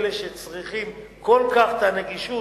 לאלה שצריכים כל כך את הנגישות.